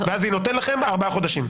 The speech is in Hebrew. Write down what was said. אז זה נותן לכם ארבעה חודשים.